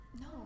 No